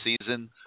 season